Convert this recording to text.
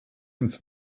ins